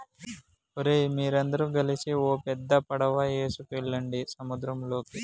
ఓరై మీరందరు గలిసి ఓ పెద్ద పడవ ఎసుకువెళ్ళండి సంద్రంలోకి